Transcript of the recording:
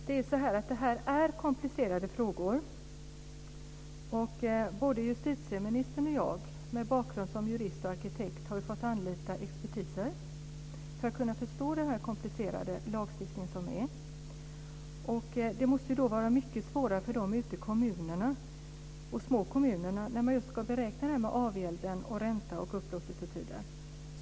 Fru talman! Det här är komplicerade frågor. Både justitieministern och jag, med vår bakgrund som jurist och arkitekt, har fått anlita expertis för att förstå den komplicerade lagstiftningen. Det måste vara svårare för dem ute i kommunerna, särskilt i små kommuner, att just beräkna avgäld, ränta och upplåtelsetid.